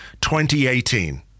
2018